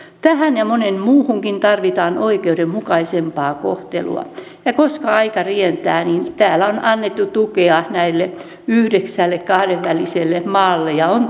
tähän ja moneen muuhunkin tarvitaan oikeudenmukaisempaa kohtelua ja koska aika rientää täällä on annettu tukea näille yhdeksälle kahdenväliselle maalle on